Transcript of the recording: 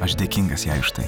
aš dėkingas jai už tai